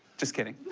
just kidding.